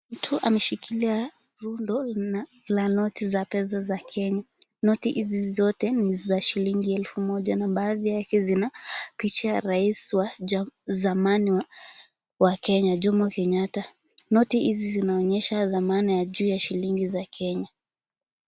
Mtu ameshikilia rundo la noti za pesa za Kenya. Noti hizi zote ni za shilingi elfu moja na baadhi yake zina picha ya rais wa zamani wa Kenya Jomo Kenyatta. Noti hizi zinaonyesha dhamana ya juu ya shilingi za Kenya.